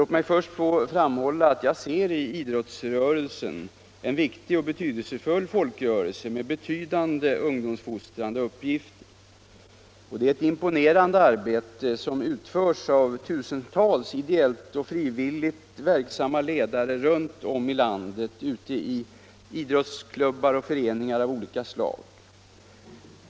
Låt mig först få framhålla att jag ser idrottsrörelsen som en viktig och betydelsefull folkrörelse med betydande ungdomsfostrande uppgifter. Det är ett imponerande ideellt arbete som utförs av tusentals frivilligt verksamma ledare runt om i landet, ute i idrottsklubbar och föreningar av olika slag.